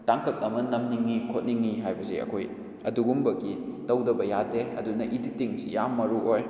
ꯇꯥꯡꯀꯛ ꯑꯃ ꯅꯝꯅꯤꯡꯉꯤ ꯈꯣꯠꯅꯤꯡꯉꯤ ꯍꯥꯏꯕꯁꯦ ꯑꯩꯈꯣꯏ ꯑꯗꯨꯒꯨꯝꯕꯒꯤ ꯇꯧꯗꯕ ꯌꯥꯗꯦ ꯑꯗꯨꯅ ꯏꯗꯤꯇꯤꯡꯁꯤ ꯌꯥꯝ ꯃꯔꯨ ꯑꯣꯏ